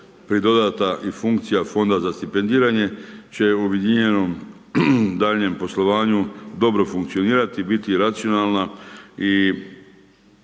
pridodana i funkcija i fonda za stipendiranje će u objedinjenom daljnjem poslovanju dobro funkcionirati i biti racionalna i